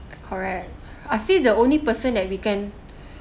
correct I feel the only person that we can